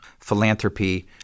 philanthropy